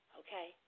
okay